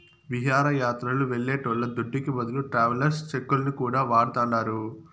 విహారయాత్రలు వెళ్లేటోళ్ల దుడ్డుకి బదులు ట్రావెలర్స్ చెక్కులను కూడా వాడతాండారు